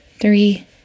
three